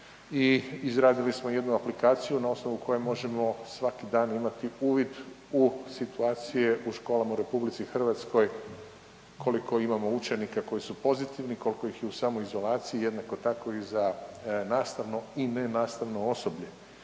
i izradili smo jednu aplikaciju na osnovu koje možemo svaki dan imati uvid u situacije u školama u Republici Hrvatskoj, koliko imamo učenika koji su pozitivni, koliko ih je u samoizolaciji, jednako tako i za nastavno i nenastavno osoblje.